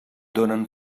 donen